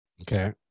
Okay